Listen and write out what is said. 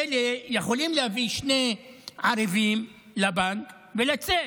אלה יכולים להביא שני ערבים לבנק ולצאת,